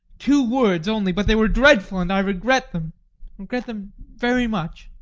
two words only, but they were dreadful, and i regret them regret them very much.